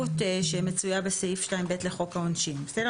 זאת אומרת,